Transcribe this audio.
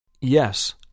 Yes